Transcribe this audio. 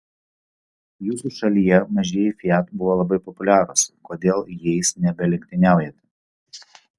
jūsų šalyje mažieji fiat buvo labai populiarūs kodėl jais nebelenktyniaujate